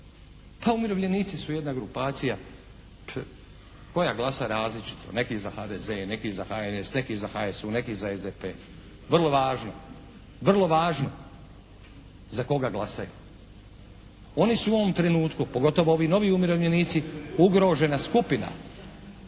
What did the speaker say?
Pa umirovljenici su jedna grupacija koja glasa različito. Neki za HDZ, neki za HNS, neki za HSU, neki za SDP. Vrlo važno. Vrlo važno za koga glasaju. Oni su u ovom trenutku pogotovo ovi novi umirovljenici ugrožena skupina